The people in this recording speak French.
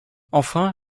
enfin